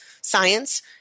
science